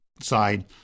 side